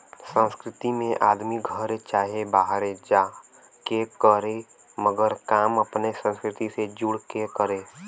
सांस्कृतिक में आदमी घरे चाहे बाहरे जा के करे मगर काम अपने संस्कृति से जुड़ के करे